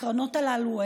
הקרנות הללו,